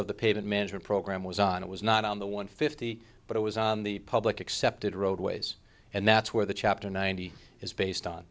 of the payment management program was on it was not on the one fifty but it was on the public accepted roadways and that's where the chapter ninety is based on